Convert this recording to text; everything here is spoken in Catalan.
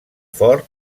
ford